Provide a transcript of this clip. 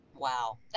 Wow